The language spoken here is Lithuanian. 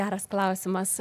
geras klausimas